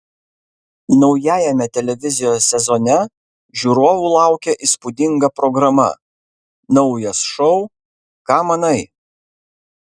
naujajame televizijos sezone žiūrovų laukia įspūdinga programa naujas šou ką manai